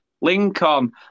Lincoln